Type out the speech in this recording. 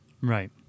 Right